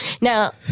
Now